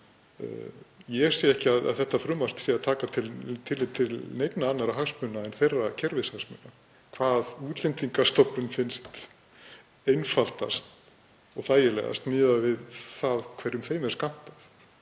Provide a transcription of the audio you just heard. ég sé ekki að þetta frumvarp taki tillit til neinna annarra hagsmuna en þeirra kerfishagsmuna hvað Útlendingastofnun finnst einfaldast og þægilegast miðað við það hverju henni er skammtað.